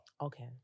Okay